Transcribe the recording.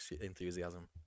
enthusiasm